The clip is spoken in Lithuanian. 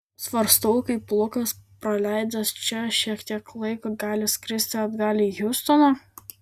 svarstau kaip lukas praleidęs čia šiek tiek laiko gali skristi atgal į hjustoną